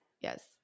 Yes